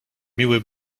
miły